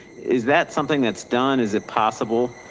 is that something that's done? is it possible?